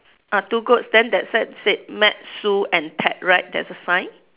ah two goats then that side said met Sue and Ted right there's a sign